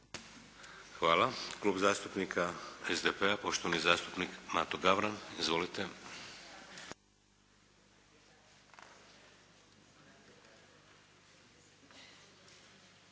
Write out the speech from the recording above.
Hvala. Klub zastupnika SDP-a, poštovani zastupnik Mato Gavran. Izvolite.